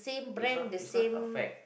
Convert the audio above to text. it's not it's not affect